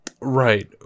Right